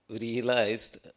realized